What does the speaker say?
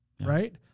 right